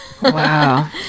wow